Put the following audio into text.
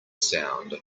sound